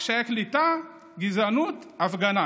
קשיי הקליטה, גזענות, הפגנה.